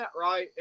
right